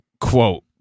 quote